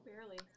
barely